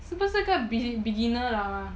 是不是一个 beginner 的啦